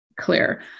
clear